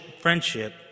friendship